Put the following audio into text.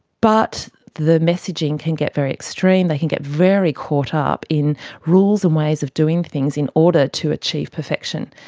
but the messaging can get very extreme, they can get very caught up in rules and ways of doing things in order to achieve perfection,